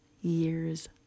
Years